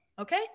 okay